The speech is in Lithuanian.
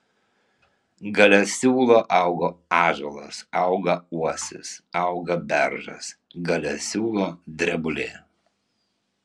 gale siūlo auga ąžuolas auga uosis auga beržas gale siūlo drebulė